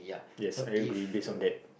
yes I agree based on that